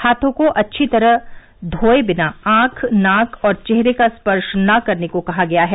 हाथों को अच्छी तरह धोए बिना आंख नाक और चेहरे का स्पर्श न करने को कहा गया है